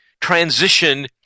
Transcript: transition